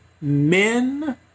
men